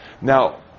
Now